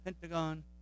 Pentagon